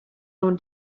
own